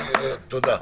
תודה.